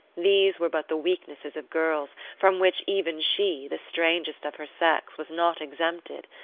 these were but the weaknesses of girls, from which even she, the strangest of her sex, was not exempted.